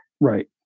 Right